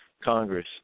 Congress